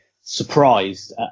surprised